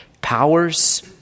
powers